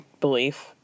belief